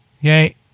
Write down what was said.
Okay